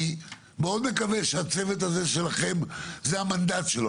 אני מאוד מקווה שהצוות הזה שלכם זה המנדט שלו,